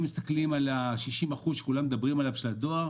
מסתכלים על 60 האחוזים שכולם מדברים עליהם של הדואר,